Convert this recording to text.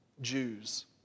Jews